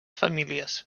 famílies